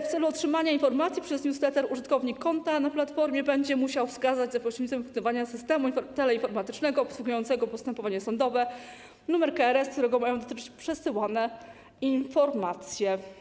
W celu otrzymania informacji przez newsletter użytkownik konta na platformie będzie musiał wskazać za pośrednictwem systemu teleinformatycznego obsługującego postępowanie sądowe numer KRS, którego mają dotyczyć przesyłane informacje.